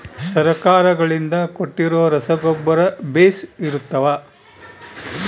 ಸರ್ಕಾರಗಳಿಂದ ಕೊಟ್ಟಿರೊ ರಸಗೊಬ್ಬರ ಬೇಷ್ ಇರುತ್ತವಾ?